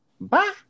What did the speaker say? bye